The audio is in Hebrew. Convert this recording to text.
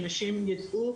שנשים יידעו,